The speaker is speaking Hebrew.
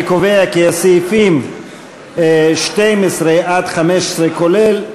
אני קובע כי הסעיפים 12 15, כולל,